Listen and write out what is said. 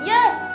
Yes